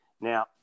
Now